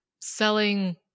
selling